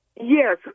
Yes